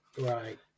Right